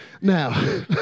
Now